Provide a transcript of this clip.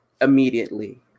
immediately